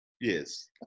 Yes